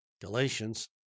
Galatians